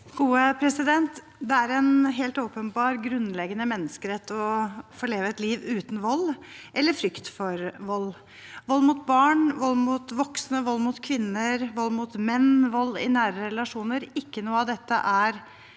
(H) Det er en helt åpenbar og grunnleggende menneskerett å få leve et liv uten vold eller frykt for vold. Vold mot barn, vold mot voksne, vold mot kvinner, vold mot menn, vold i nære relasjoner – ikke noe av dette er en